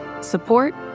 support